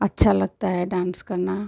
अच्छा लगता है डांस करना